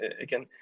again